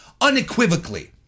unequivocally